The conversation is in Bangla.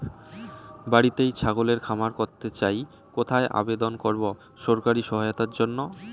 বাতিতেই ছাগলের খামার করতে চাই কোথায় আবেদন করব সরকারি সহায়তার জন্য?